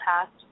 past